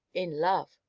in love.